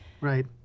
right